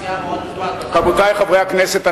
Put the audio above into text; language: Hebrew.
רבותי חברי הכנסת,